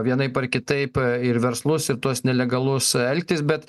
vienaip ar kitaip ir verslus ir tuos nelegalus elgtis bet